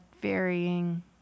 varying